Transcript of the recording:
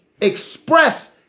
express